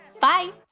Bye